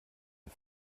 der